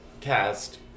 cast